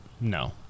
no